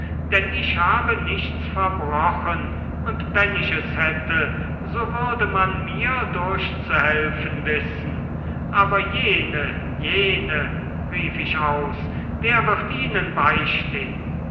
denn ich habe nichts verbrochen und wenn ich es hätte so würde man mir durchzuhelfen wissen aber jene jene rief ich aus wer wird ihnen beistehn